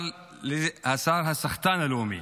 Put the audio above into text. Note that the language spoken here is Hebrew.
השר הסחטן הלאומי.